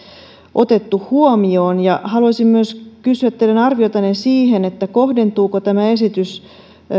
otettu huomioon haluaisin myös kysyä teidän arviotanne siitä kohdentuuko tämä esitys